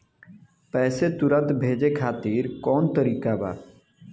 पैसे तुरंत भेजे खातिर कौन तरीका बा?